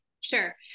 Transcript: Sure